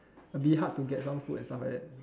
a bit hard to get some food and stuff like that